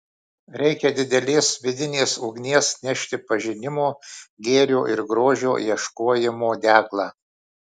reikia didelės vidinės ugnies nešti pažinimo gėrio ir grožio ieškojimo deglą